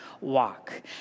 walk